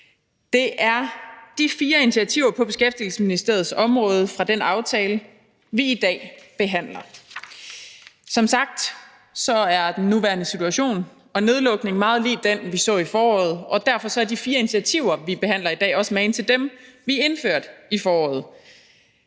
Det er de fire initiativer på Beskæftigelsesministeriets område fra den aftale, vi i dag behandler. Som sagt er den nuværende situation og nedlukning meget lig den, vi så i foråret, og derfor er de fire initiativer, vi behandler i dag, også magen til dem, vi indførte i foråret.